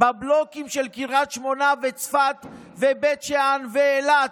בבלוקים של קריית שמונה וצפת ובית שאן ואילת.